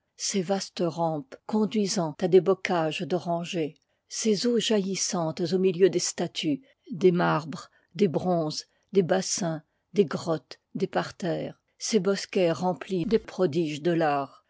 ces vastes rampes conduisant à des bocages d'orangers ces eaux jaillissantes au milieu des statues des marbres des bronzes des bassins des grottes des parterres ces bosquets remplis des prodiges de l'art